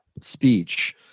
speech